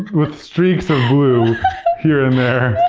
with streaks of blue here and there.